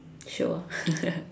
shiok ah